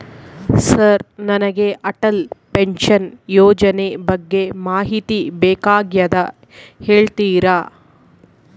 Sir ನನಗೆ Atal pension ಯೋಜನೆ ಬಗ್ಗೆ ಮಾಹಿತಿ ಬೇಕಾಗ್ಯದ ಹೇಳ್ತೇರಾ?